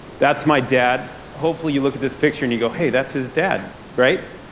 that's my dad. hopefully, you look at this picture, and you go, hey, that's his dad. right?